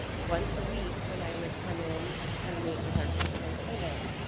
once a week when i would come in and meet with our superintendent